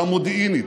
והמודיעינית,